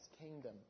kingdom